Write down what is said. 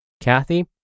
Kathy